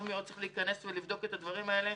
מי עוד צריך להיכנס ולבדוק את הדברים האלה.